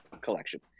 Collection